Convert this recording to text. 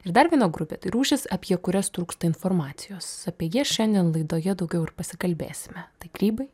ir dar viena grupė tai rūšys apie kurias trūksta informacijos apie jas šiandien laidoje daugiau ir pasikalbėsime tai grybai